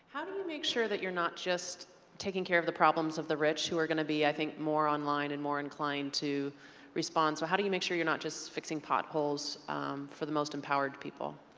do you make sure that you're not just taking care of the problems of the rich who are going to be, i think, more online and more inclined to respond? so how do you make sure you're not just fixing potholes for the most empowered people?